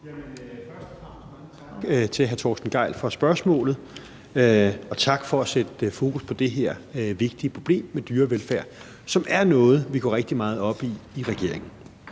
tak til hr. Torsten Gejl for spørgsmålet. Og tak for at sætte fokus på det her vigtige problem med dyrevelfærd, som er noget, vi går rigtig meget op i i regeringen.